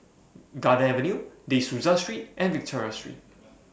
Garden Avenue De Souza Street and Victoria Street